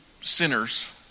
sinners